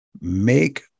make